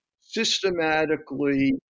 systematically